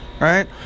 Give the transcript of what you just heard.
right